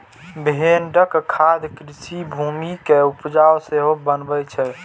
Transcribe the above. भेड़क खाद कृषि भूमि कें उपजाउ सेहो बनबै छै